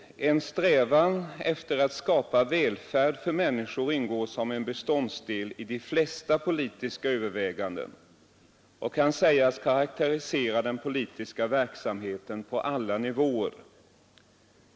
En strävan efter att skapa välfärd för människorna ingår som en beståndsdel i de flesta politiska överväganden och kan sägas karakterisera den politiska verksamheten på alla nivåer.